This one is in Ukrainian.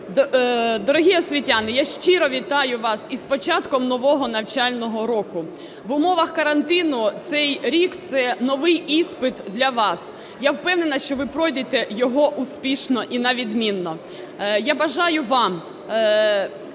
Дорогі освітяни! Я щиро вітаю вас із початком нового навчального року! В умовах карантину цей рік – це новий іспит для вас, я впевнена, що ви пройдете його успішно і на відмінно. Я бажаю вам